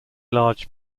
large